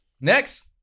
next